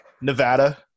Nevada